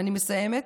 אני מסיימת: